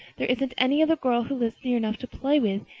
there isn't any other girl who lives near enough to play with,